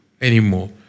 anymore